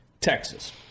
Texas